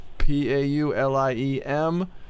P-A-U-L-I-E-M